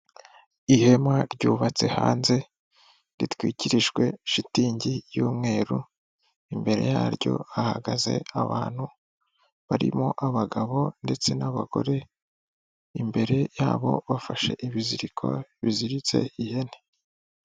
Ihema ryubatse hanze ritwikirijwe shitingi y'umweru imbere yaryo ahagaze abantu barimo abagabo ndetse n'abagore, imbere yabo bafashe ibiziriko biziritse ihene.